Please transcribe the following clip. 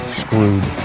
screwed